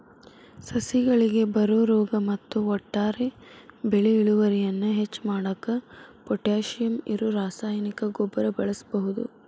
ಸಸಿಗಳಿಗೆ ಬರೋ ರೋಗ ಮತ್ತ ಒಟ್ಟಾರೆ ಬೆಳಿ ಇಳುವರಿಯನ್ನ ಹೆಚ್ಚ್ ಮಾಡಾಕ ಪೊಟ್ಯಾಶಿಯಂ ಇರೋ ರಾಸಾಯನಿಕ ಗೊಬ್ಬರ ಬಳಸ್ಬಹುದು